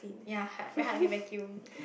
ya hard very hard to get back to you